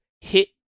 hit